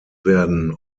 werden